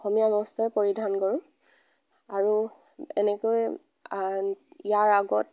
অসমীয়া বস্ত্ৰই পৰিধান কৰোঁ আৰু এনেকৈ ইয়াৰ আগত